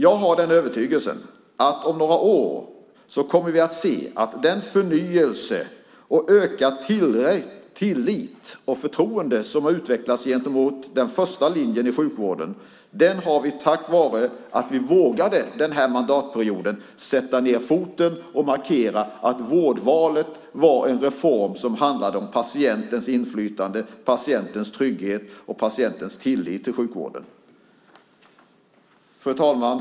Jag har den övertygelsen att vi om några år kommer att se en förnyelse, en ökad tillit och ett förtroende som har utvecklats gentemot den första linjen i sjukvården tack vare att vi den här mandatperioden vågade sätta ned foten och markera att vårdvalet är en reform som handlar om patientens inflytande, patientens trygghet och patientens tillit till sjukvården. Fru talman!